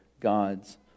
God's